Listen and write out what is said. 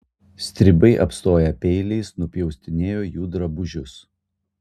stribai apstoję peiliais nupjaustinėjo jų drabužius